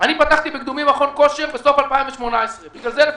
פתחתי בקדומים מכון כושר בסוף 2018. בגלל זה לפי